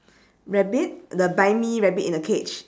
rabbit the buy me rabbit in a cage ya